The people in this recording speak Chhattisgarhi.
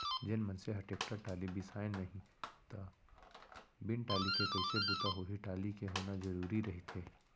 जेन मनसे ह टेक्टर टाली बिसाय नहि त बिन टाली के कइसे बूता होही टाली के होना जरुरी रहिथे